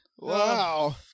Wow